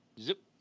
Zip